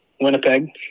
Winnipeg